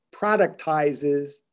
productizes